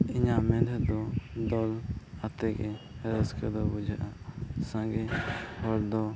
ᱤᱧᱟᱹᱜ ᱢᱮᱱ ᱛᱮᱫᱚ ᱫᱚᱞ ᱟᱛᱮᱫ ᱜᱮ ᱨᱟᱹᱥᱠᱟᱹ ᱫᱚ ᱵᱩᱡᱷᱟᱹᱜᱼᱟ ᱥᱟᱸᱜᱮ ᱦᱚᱲᱫᱚ